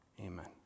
Amen